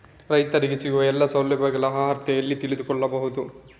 ರೈತರಿಗೆ ಸಿಗುವ ಎಲ್ಲಾ ಸೌಲಭ್ಯಗಳ ಅರ್ಹತೆ ಎಲ್ಲಿ ತಿಳಿದುಕೊಳ್ಳಬಹುದು?